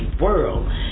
world